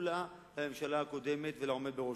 כל-כולה כלפי הממשלה הקודמת והעומד בראשה,